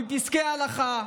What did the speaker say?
בפסקי ההלכה,